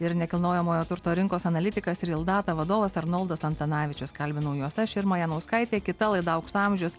ir nekilnojamojo turto rinkos analitikas real data vadovas arnoldas antanavičius kalbinau juos aš irma janauskaitė kita laida aukso amžius